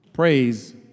Praise